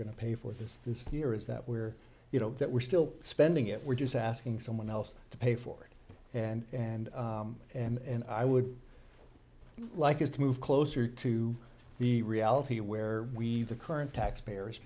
going to pay for this this year is that we're you know that we're still spending it we're just asking someone else to pay for it and and and i would like us to move closer to the reality where we the current tax payers